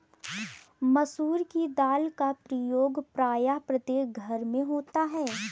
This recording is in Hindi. मसूर की दाल का प्रयोग प्रायः प्रत्येक घर में होता है